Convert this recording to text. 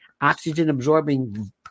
oxygen-absorbing